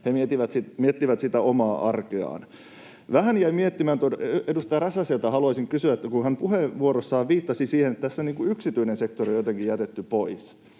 miettimään tuota, että edustaja Räsäseltä haluaisin kysyä, kun hän puheenvuorossaan viittasi siihen, että tässä yksityinen sektori on jotenkin jätetty pois